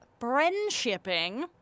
friendshipping